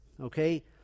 Okay